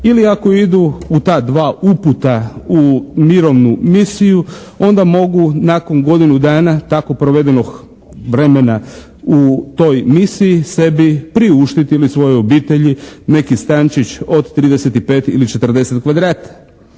ili ako idu u ta dva uputa u mirovnu misiju onda mogu nakon godinu dana tako provedenog vremena u toj misiji, sebi priuštiti ili svojoj obitelji neki stančić od 35 ili 40 kvadrata.